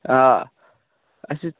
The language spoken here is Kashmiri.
آ اَچھا